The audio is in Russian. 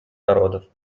народов